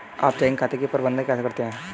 आप चेकिंग खाते का प्रबंधन कैसे करते हैं?